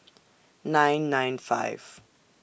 nine nine five